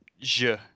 je